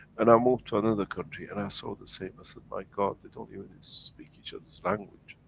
and i moved to another country and i saw the same. i said my god they don't even speak each others language.